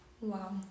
Wow